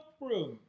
room